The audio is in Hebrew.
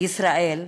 על-ידי ישראל,